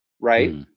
right